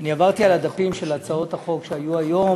אני עברתי על הדפים של הצעות החוק שהיו היום,